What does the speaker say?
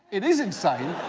it is insane,